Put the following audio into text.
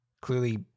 clearly